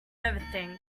overthink